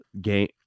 game